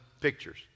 pictures